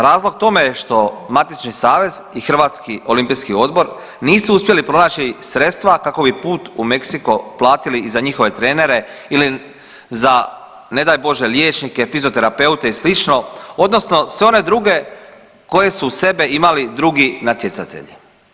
Razlog tome je što matični savez i Hrvatski olimpijski odbor nisu uspjeli pronaći sredstva kako bi put u Meksiko platili i za njihove trenere ili za ne daj Bože liječnike, fizioterapeute i slično odnosno sve one druge koje su uz sebe imali drugi natjecatelji.